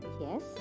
Yes